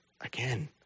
again